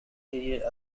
interior